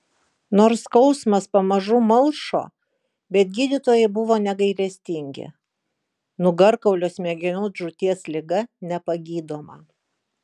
nors skausmas pamažu malšo bet gydytojai buvo negailestingi nugarkaulio smegenų džiūties liga nepagydoma